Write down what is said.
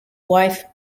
wife